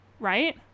right